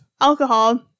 alcohol